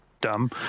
dumb